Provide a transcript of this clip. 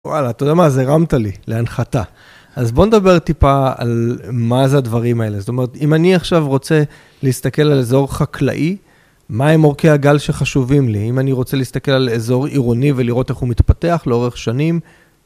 וואלה, אתה יודע מה? אז הרמת לי, להנחתה. אז בוא נדבר טיפה על מה זה הדברים האלה. זאת אומרת, אם אני עכשיו רוצה להסתכל על אזור חקלאי, מה הם אורכי הגל שחשובים לי? אם אני רוצה להסתכל על אזור עירוני ולראות איך הוא מתפתח לאורך שנים...